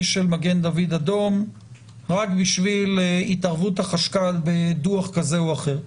של מגן דוד אדום רק בשביל התערבות החשכ"ל בדוח כזה או אחר.